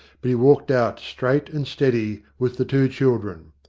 but he walked out straight and steady, with the two children.